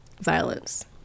violence